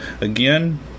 again